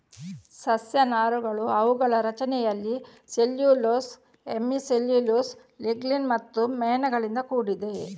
ಸಸ್ಯ ನಾರುಗಳು ಅವುಗಳ ರಚನೆಯಲ್ಲಿ ಸೆಲ್ಯುಲೋಸ್, ಹೆಮಿ ಸೆಲ್ಯುಲೋಸ್, ಲಿಗ್ನಿನ್ ಮತ್ತು ಮೇಣಗಳಿಂದ ಕೂಡಿದೆ